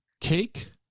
Cake